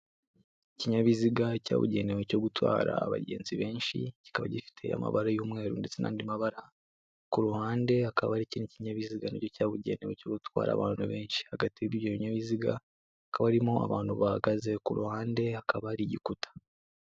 Ikinyabiziga cyabugenewe cyo gutwara abagenzi benshi kikaba gifite amabara y'umweru ndetse n'andi mabara ,ku ruhande hakaba hari ikindi kinyabiziga nacyo cyabugenewe cyo gutwara abantu benshi hagati y'ibyo binyabiziga hakaba harimo abantu bahagaze ku ruhande hakaba hari igikuta.